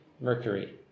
Mercury